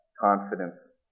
confidence